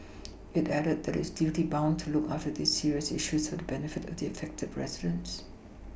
it added that it is duty bound to look after these serious issues for the benefit of the affected residents